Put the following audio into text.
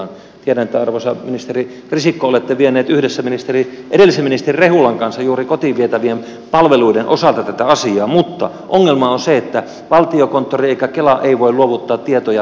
tiedän että arvoisa ministeri risikko olette vienyt yhdessä edellisen ministeri rehulan kanssa tätä asiaa eteenpäin juuri kotiin vietävien palveluiden osalta mutta ongelma on se ettei valtiokonttori eikä kela voi luovuttaa tietoja veteraaneista